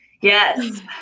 Yes